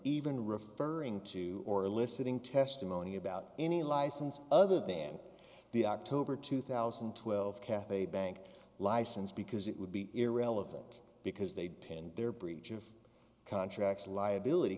even referring to or eliciting testimony about any license other than the october two thousand and twelve cathay bank license because it would be irrelevant because they pinned their breach of contracts liability